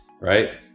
Right